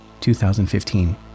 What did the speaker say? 2015